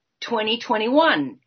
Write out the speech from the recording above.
2021